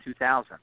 2000